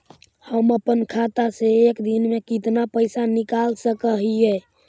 हम अपन खाता से एक दिन में कितना पैसा निकाल सक हिय?